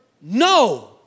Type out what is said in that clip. no